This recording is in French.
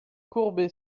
courbe